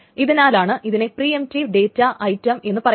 ഇതിനാലാണ് ഇതിനെ preemptive data item എന്നു പറയുന്നത്